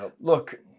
Look